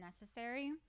necessary